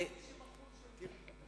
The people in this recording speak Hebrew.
זאת אומרת,